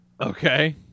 Okay